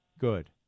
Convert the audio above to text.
Good